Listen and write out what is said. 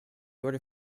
order